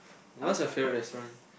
what's your favourite restaurant